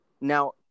Now